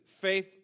faith